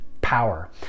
power